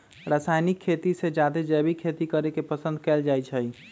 रासायनिक खेती से जादे जैविक खेती करे के पसंद कएल जाई छई